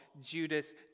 Judas